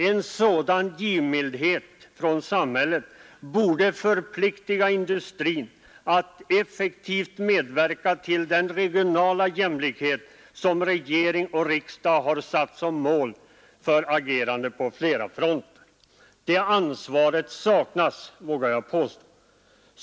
En sådan givmildhet från samhället borde förplikta industrin att effektivt medverka till den regionala jämlikhet som regering och riksdag har satt som mål för sitt agerande på flera fronter. Det ansvaret saknas, vågar jag påstå.